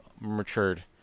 matured